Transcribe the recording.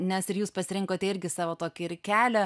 nes ir jūs pasirinkote irgi savo tokį ir kelią